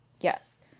yes